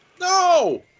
No